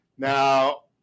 Now